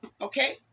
okay